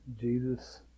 Jesus